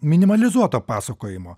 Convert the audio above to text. minimalizuoto pasakojimo